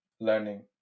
learning